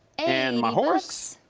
and my horse.